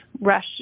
rush